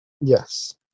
Yes